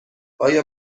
آیا